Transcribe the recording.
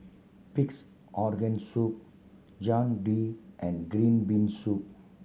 Pig's Organ Soup Jian Dui and green bean soup